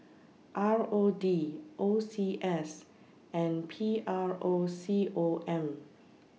R O D O C S and P R O C O M